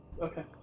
Okay